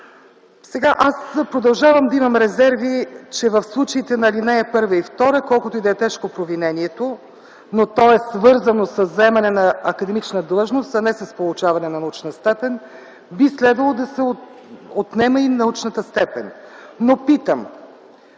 Аз продължавам да имам резерви, че в случаите на алинеи 1 и 2, колкото и да е тежко провинението, но то е свързано със заемане на академична длъжност, а не с получаване на научна степен, би следвало да се отнеме и научната степен. Но питам,